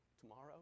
tomorrow